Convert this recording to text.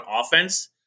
offense